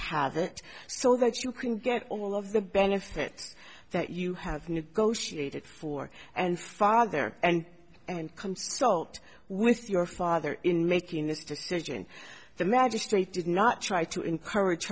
have it so that you can get all of the benefits that you have negotiated for and father and and comes out with your father in making this decision the magistrate did not try to encourage